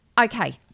Okay